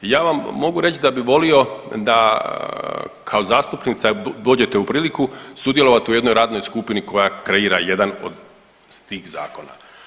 Ja vam mogu reći da bi volio da kao zastupnica dođete u priliku sudjelovati u jednoj radnoj skupini koja kreira jedan od tih zakona.